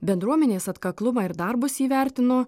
bendruomenės atkaklumą ir darbus įvertino